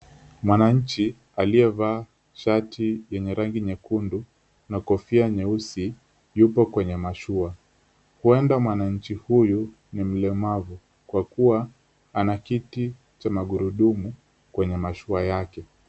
Mwananchi aliyevaa shati yenye rangi nyekundu na kofia nyeusi yupo kwenye mashua. Huenda mwananchi huyu ni mlemavu, kwa kuwa ana kiti cha magurudumu kwenye mashua yake.